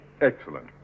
Excellent